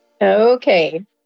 Okay